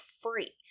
free